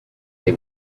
they